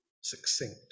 succinct